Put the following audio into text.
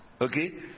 Okay